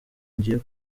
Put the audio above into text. ngiye